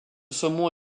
saumon